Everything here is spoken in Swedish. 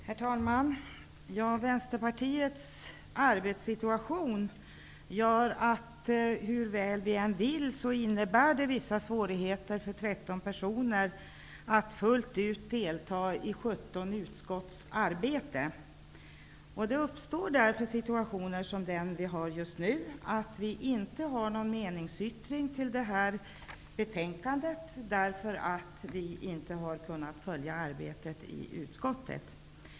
Herr talman! Vänsterpartiets arbetssituation gör att hur väl vi än vill så innebär det vissa svårigheter för 13 personer att fullt ut delta i 17 utskotts arbete. Det uppstår då situationer som den vi har just nu, att vi inte har någon meningsyttring till det här betänkandet, eftersom vi inte har kunnat följa arbetet i utskottet.